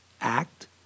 act